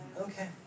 Okay